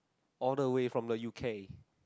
all the way from the u_k